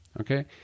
okay